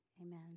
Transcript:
Amen